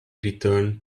returned